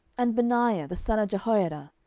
and benaiah the son of jehoiada,